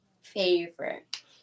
favorite